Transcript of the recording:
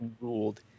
ruled